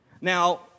Now